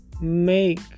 make